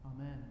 Amen